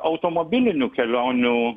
automobilinių kelionių